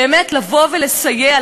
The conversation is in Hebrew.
לסייע,